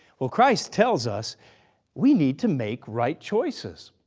well christ tells us we need to make right choices.